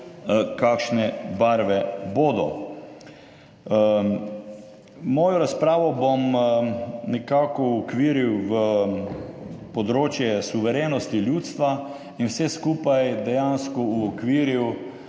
kakšne barve bodo. Mojo razpravo bom nekako uokviril v področje suverenosti ljudstva in vse skupaj dejansko uokviril,